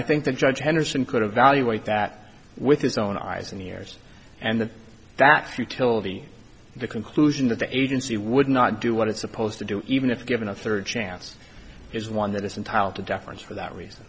i think the judge henderson could evaluate that with his own eyes and ears and that futility the conclusion that the agency would not do what it's supposed to do even if given a third chance is one that is entitled to deference for that reason